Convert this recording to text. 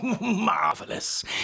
Marvelous